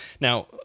Now